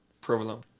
Provolone